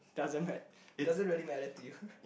doesn't mat~ doesn't really matter to you